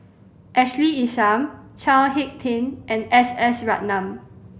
Ashley Isham Chao Hick Tin and S S Ratnam